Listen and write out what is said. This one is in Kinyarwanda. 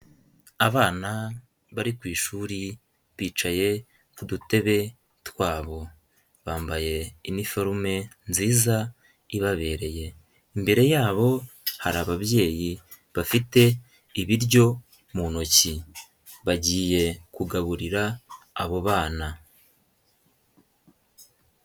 Abana bari ku ishuri bicaye ku dutebe twabo bambaye iniforume nziza ibabereye, imbere yabo hari ababyeyi bafite ibiryo mu ntoki bagiye kugaburira abo bana.